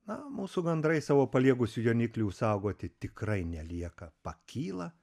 na mūsų gandrai savo paliegusių jauniklių saugoti tikrai nelieka pakyla